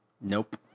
Nope